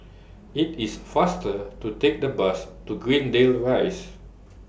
IT IS faster to Take The Bus to Greendale Rise